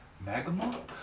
Magma